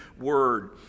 word